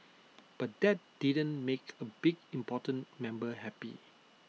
but that didn't make A big important member happy